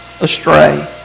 astray